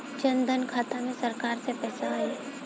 जनधन खाता मे सरकार से पैसा आई?